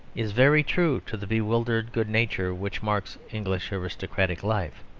is very true to the bewildered good nature which marks english aristocratic life.